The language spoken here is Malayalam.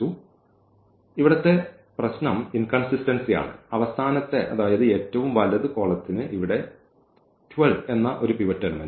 ഇപ്പോൾ ഇവിടത്തെ പ്രശ്നം ഇൻകൺസിസ്റ്റൻസിയാണ് അവസാനത്തെ ഏറ്റവും വലത് കോളത്തിന് ഇവിടെ 12 എന്ന ഒരു പിവട്ട് എലമെന്റ് ഉണ്ട്